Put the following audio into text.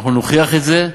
אנחנו נוכיח את זה,